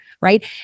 right